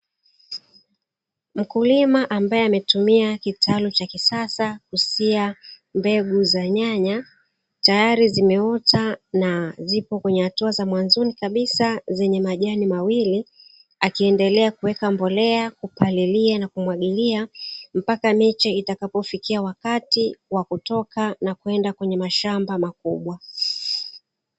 Mkulima ambaye ametumia kitalu cha kisasa kusia mbegu za nyanya, tayari zimeota na zipo hatua za mwanzoni kabisa zenye majani mawili, akiendelea kuweka mbolea kupalilia na kumwagilia, mpaka miche itakapofikia wakati wa kutoka na kwenda kwenye mashamba makubwa.